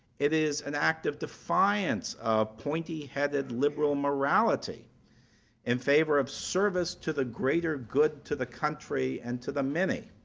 it is an act of defiance of pointy-headed liberal morality in favor of service to the greater good to the country and to the many.